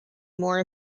more